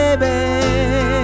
baby